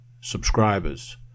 subscribers